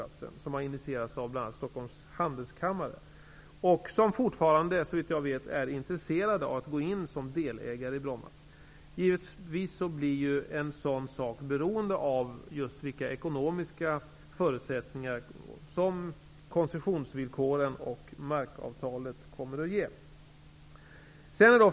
De diskussionerna har initierats av Stockholms handelskammare, som fortfarande har intresse av att gå in som delägare i Bromma flygplats. En sådan sak blir givetvis beroende av vilka ekonomiska förutsättningar som koncessionsvillkoren och markavtalet kommer att ge.